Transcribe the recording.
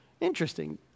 Interesting